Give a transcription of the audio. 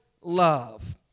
love